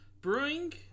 Brewing